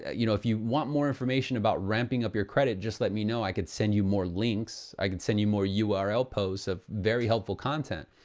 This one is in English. you know, if you want more information about ramping up your credit, just let me know. i could send you more links. i could send you more ah url posts of very helpful content.